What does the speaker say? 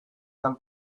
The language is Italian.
dal